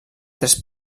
tres